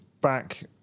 back